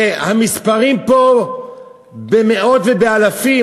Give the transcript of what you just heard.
והמספרים פה במאות ובאלפים.